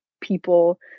people